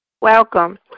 Welcome